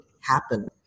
happen